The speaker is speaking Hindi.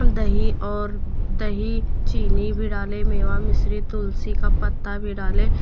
दही और दही चीनी भी डाले मेवा मिश्री तुलसी का पत्ता भी डाले